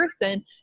person